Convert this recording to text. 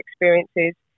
experiences